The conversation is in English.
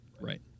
right